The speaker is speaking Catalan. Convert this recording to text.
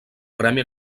premi